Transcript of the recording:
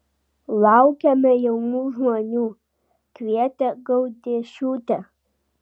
laukiame jaunų žmonių kvietė gaudiešiūtė